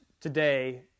today